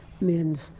men's